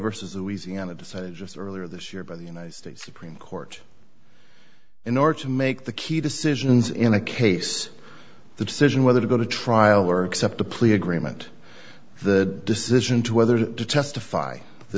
decision earlier this year by the united states supreme court in order to make the key decisions in a case the decision whether to go to trial or accept a plea agreement the decision to whether to testify the